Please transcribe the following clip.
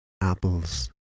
apples